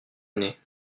années